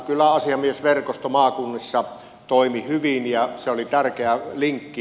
kyläasiamiesverkosto maakunnissa toimi hyvin ja se oli tärkeä linkki